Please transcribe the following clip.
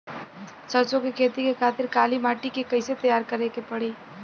सरसो के खेती के खातिर काली माटी के कैसे तैयार करे के पड़ी?